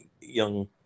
young